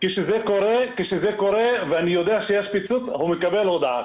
כשזה קורה ואני יודע שיש פיצוץ, הוא מקבל הודעה.